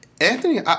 Anthony